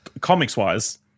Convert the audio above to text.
comics-wise